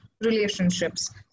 relationships